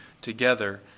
together